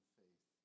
faith